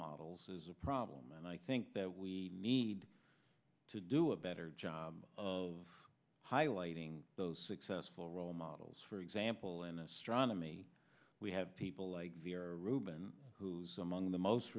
models is a problem and i think that we need to do a better job of highlighting those successful role models for example in astronomy we have people like ruben who's among the most